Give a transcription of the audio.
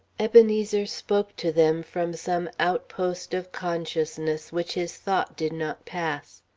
ebenezer spoke to them from some outpost of consciousness which his thought did not pass.